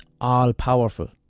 all-powerful